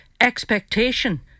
expectation